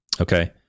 Okay